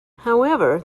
however